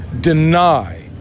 deny